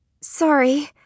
sorry